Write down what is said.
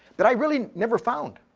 that i really never found.